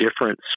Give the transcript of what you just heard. different